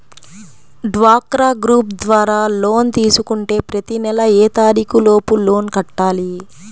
డ్వాక్రా గ్రూప్ ద్వారా లోన్ తీసుకుంటే ప్రతి నెల ఏ తారీకు లోపు లోన్ కట్టాలి?